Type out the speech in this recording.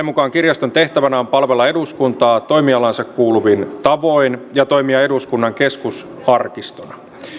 mukaan kirjaston tehtävänä on palvella eduskuntaa toimialaansa kuuluvin tavoin ja toimia eduskunnan keskusarkistona